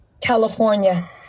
California